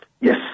Yes